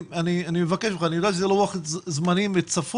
אני מבקש ממך, אני יודע שזה לוח זמנים צפוף,